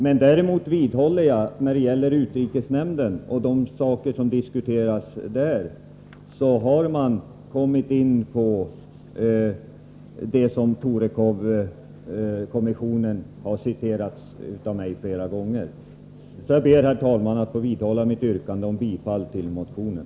Men däremot vidhåller jag att man när det gäller utrikesnämnden och de frågor som diskuteras där har kommit in på det som uttalades i Torekovskompromissen och som jag flera gånger har citerat. Herr talman! Jag vidhåller mitt yrkande om bifall till motionen.